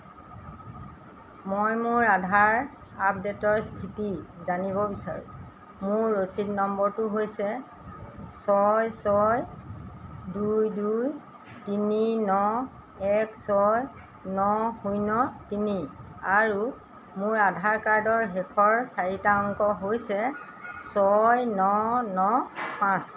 মই মোৰ আধাৰ আপডেটৰ স্থিতি জানিব বিচাৰোঁ মোৰ ৰচিদ নম্বৰটো হৈছে ছয় ছয় দুই দুই তিনি ন এক ছয় ন শূন্য তিনি আৰু মোৰ আধাৰ কাৰ্ডৰ শেষৰ চাৰিটা অংক হৈছে ছয় ন ন পাঁচ